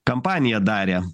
kampaniją darė